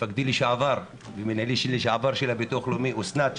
מפקדי לשעבר ומנהלי לשעבר של הביטוח הלאומי אוסנת,